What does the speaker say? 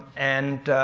and.